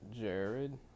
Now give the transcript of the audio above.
Jared